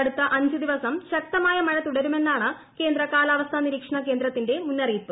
അടുത്ത അഞ്ച് ദിവസം ശക്തമായ മഴ തുടരുമെന്നാണ് കേന്ദ്ര കാലാവസ്ഥാ നിരീക്ഷണ കേന്ദ്രത്തിന്റെ മുന്നറിയിപ്പ്